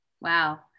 Wow